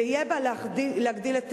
ויהיה בה כדי להגדיל את